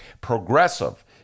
progressive